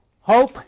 hope